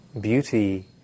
beauty